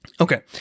Okay